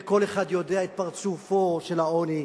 וכל אחד יודע את פרצופו של העוני,